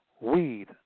weed